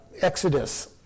Exodus